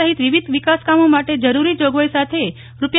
સહિત વિવિધ વિકાસકામો માટે જરૂરી જોગવાઇ સાથે રૂા